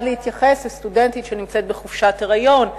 להתייחס לסטודנטית שנמצאת בחופשת לידה,